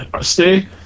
stay